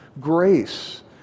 Grace